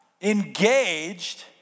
engaged